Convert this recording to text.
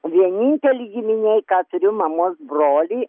vienintelį giminėj ką turiu mamos brolį